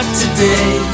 today